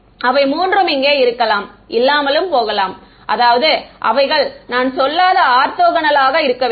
மாணவர் அவை மூன்றும் இங்கே இருக்கலாம் இல்லாமலும் போகலாம் அதாவது அவைகள் நான் சொல்லாத ஆர்த்தோகனலாக இருக்க வேண்டும்